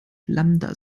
lambda